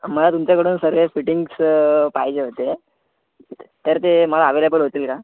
मला तुमच्याकडून सर या फिटींग्स पाहिजे होते तर ते मला अवेलेबल होतील का